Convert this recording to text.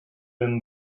been